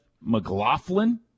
McLaughlin